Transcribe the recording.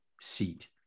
seat